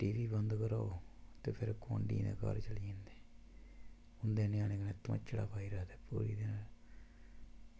TV बंद करो ते फिर गोआंढियें दे घर चली जंदे उंदे न्यानें कन्नै धमच्चड़ पाई रखदे पूरा दिन